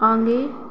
आगे